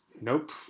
Nope